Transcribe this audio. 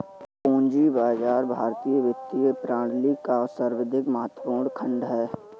पूंजी बाजार भारतीय वित्तीय प्रणाली का सर्वाधिक महत्वपूर्ण खण्ड है